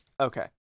Okay